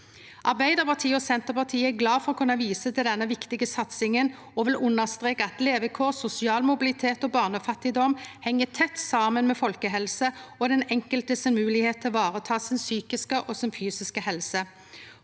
Arbeidarpartiet og Senterpartiet er glade for å kunne vise til denne viktige satsinga, og vil understreke at levekår, sosial mobilitet og barnefattigdom heng tett saman med folkehelse og den enkelte si moglegheit til å vareta si psykiske og fysiske helse.